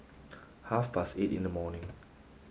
half past eight in the morning